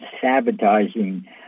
sabotaging